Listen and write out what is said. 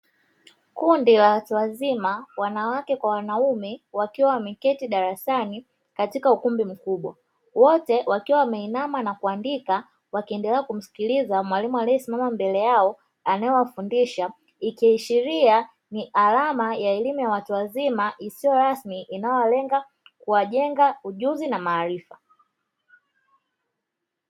Kundi la watu wazima wanawake kwa wanaume wakiwa wameketi darasani katika ukumbi mkubwa wote wakiwa wameinama na kuandika wakiendelea kumsikiliza mwalimu aliyesimama mbele yao anayowafundisha, ikiashiria ni alama ya elimu ya watu wazima isiyo rasmi inayolenga kuwajenga ujuzi na maarifa.